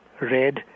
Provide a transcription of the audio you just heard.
red